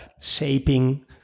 shaping